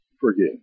forgive